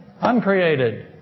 Uncreated